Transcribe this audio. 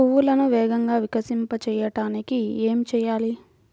పువ్వులను వేగంగా వికసింపచేయటానికి ఏమి చేయాలి?